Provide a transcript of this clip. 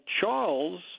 Charles